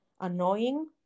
annoying